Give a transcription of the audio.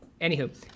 Anywho